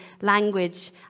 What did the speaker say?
language